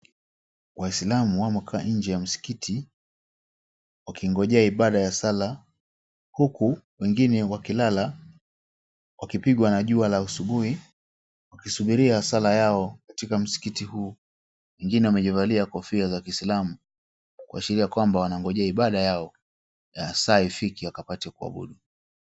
Waisilamu wamekaa nje ya msikiti wakingojea ibada ya sala huku wengine wakilala wakipigwa na jua la asubuhi wakisubiria sala katika msikiti huu. Wengine wamejivalia kofia za kiislamu kuashiria kwamba wanangojea ibada yao ya saa ifike wakapate kuabudu.